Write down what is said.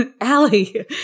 Allie